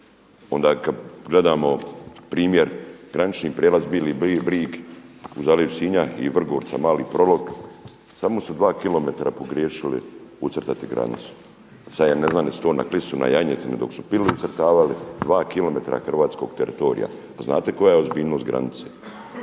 onda kad gledamo primjer granični prijelaz Bili Brig u zaleđu Sinja i Vrgorca Mali Prolog samo su 2 km pogriješili ucrtati granicu. Sad ja ne znam jesu to na Klisu na janjetinu dok su pili ucrtavali, 2 km hrvatskog teritorija. Pa znate koja je ozbiljnost granice?